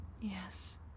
Yes